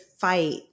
fight